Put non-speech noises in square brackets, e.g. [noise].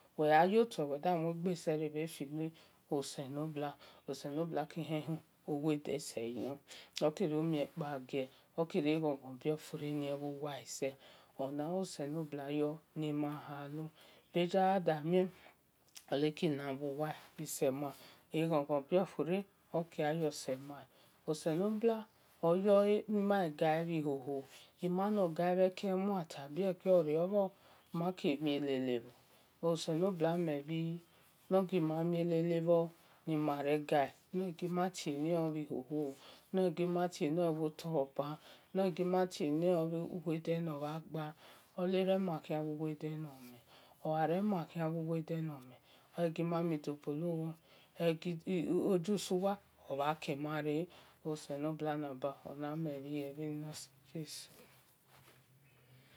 Wel gha yotue weda mue gbe nor sel no selobua oselo bua kil hehe uwodese yu we oki riu rekpa gie oki rie ghon-ghon bio fure nie bhuwase ona oselobua yo gbe nima ghalu bhe gio da ghe oleki labhu wa semhan egho-ghon bio fure oki osema osembu oyoe nima ghe gae bhi hoho mana gai mhe koi mhanta bhekeo rebhor maki miele nor ribhor oselobua mel bhi nor gima mie lele bhi ni mare gui nor gi ma tie niole bhi hoho nor gima tie nor bho toi ba norgima tienor bhu wode nor bha gba olerema khian wu wode no ma esu ghu suwa omha ke mha re oselobua naba one mel bhi bhe ni nor si jesu [hesitation]